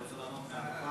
אני רוצה לעלות לדוכן,